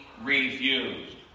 refused